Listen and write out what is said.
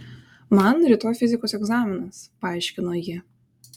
man rytoj fizikos egzaminas paaiškino ji